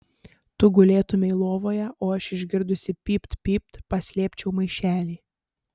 tu gulėtumei lovoje o aš išgirdusi pypt pypt paslėpčiau maišelį